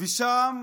ושם